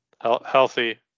healthy